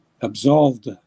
absolved